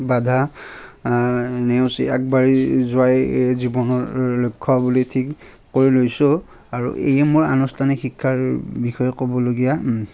বাধা নেউচি আগবাঢ়ি যোৱাই জীৱনৰ লক্ষ্য বুলি ঠিক কৰি লৈছোঁ আৰু এয়ে মোৰ আনুষ্ঠানিক শিক্ষাৰ বিষয়ে ক'বলগীয়া